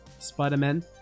Spider-Man